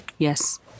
Yes